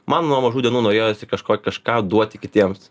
man nuo mažų dienų norėjosi kažko kažką duoti kitiems